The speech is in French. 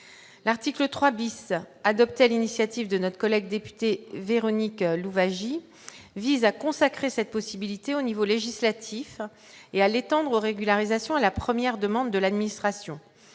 l'article 3 bis, adoptée à l'initiative de notre collègue député Véronique Louwagie vise à consacrer cette possibilité au niveau législatif et à l'étendre aux régularisations à la première demande de l'administration,